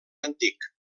antic